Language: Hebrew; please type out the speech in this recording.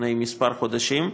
לפני כמה חודשים,